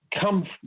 come